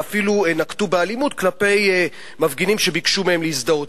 ואפילו נקטו אלימות כלפי מפגינים שביקשו מהם להזדהות.